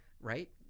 Right